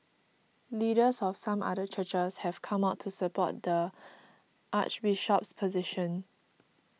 leaders of some other churches have come out to support the Archbishop's position